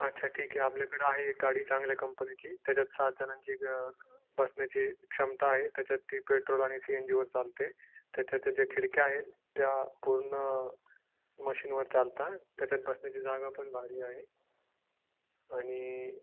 अच्छा ठीक आहे आपल्याकडे आहे एक गाडी चांगल्या कंपनीची त्याच्यात सात जणांची बसण्याची क्षमता आहे त्याच्यात ती पेट्रोल आणि सी एन जीवर चालते त्याच्या त्या ज्या खिडक्या आहेत त्या पूर्ण मशीनवर चालतात त्याच्यात बसण्याची जागा पण भारी आहे आणि